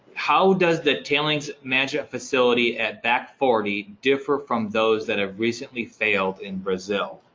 how does the tailings management facility at back forty, differ from those that have recently failed in brazil?